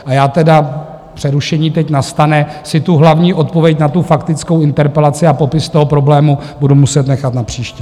A já... přerušení teď nastane... si tu hlavní odpověď na faktickou interpelaci a popis toho problému budu muset nechat na příště.